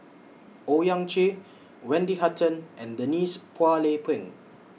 Owyang Chi Wendy Hutton and Denise Phua Lay Peng